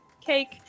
cake